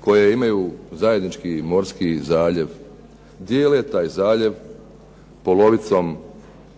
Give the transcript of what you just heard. koje imaju zajednički morski zaljev, dijele taj zaljev polovicom